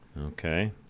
Okay